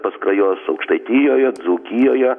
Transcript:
paskrajos aukštaitijoje dzūkijoje